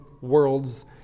worlds